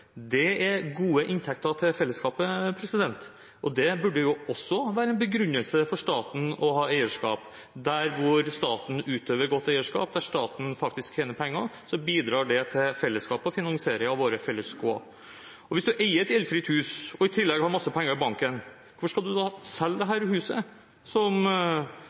Det er gode inntekter til fellesskapet. Det burde også være en begrunnelse for staten for å ha eierskap. Der hvor staten utøver godt eierskap, der staten faktisk tjener penger, bidrar det til fellesskapet og til finansiering av våre fellesgoder. Hvis man eier et gjeldfritt hus og i tillegg har en masse penger i banken, hvorfor skal man da selge dette huset, som vil gi noen nye penger som